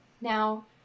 Now